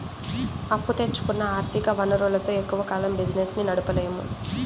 అప్పు తెచ్చుకున్న ఆర్ధిక వనరులతో ఎక్కువ కాలం బిజినెస్ ని నడపలేము